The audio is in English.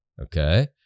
Okay